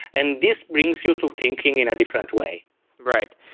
and this brings you to thinking in a different way right.